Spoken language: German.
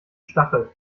stachel